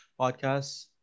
Podcasts